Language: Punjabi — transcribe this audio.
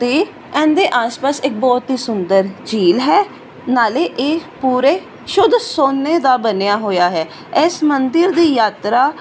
ਅਤੇ ਇਹਦੇ ਆਸ ਪਾਸ ਇੱਕ ਬਹੁਤ ਹੀ ਸੁੰਦਰ ਝੀਲ ਹੈ ਨਾਲ ਇਹ ਪੂਰੇ ਸ਼ੁੱਧ ਸੋਨੇ ਦਾ ਬਣਿਆ ਹੋਇਆ ਹੈ ਇਸ ਮੰਦਿਰ ਦੀ ਯਾਤਰਾ